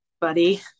buddy